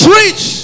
Preach